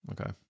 okay